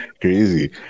Crazy